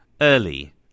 early